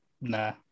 nah